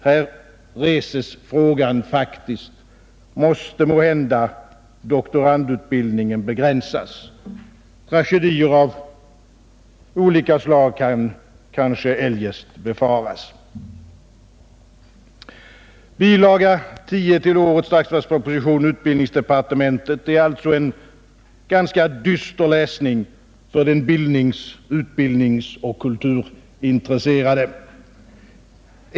Här reser sig faktiskt frågan: Måste måhända doktorandutbildningen begränsas? Tragedier av olika slag kan kanske eljest befaras. Bilaga 10 till årets statsverksproposition, utbildningsdepartementets huvudtitel, är alltså en ganska dyster läsning för den utbildningsoch kulturintresserade.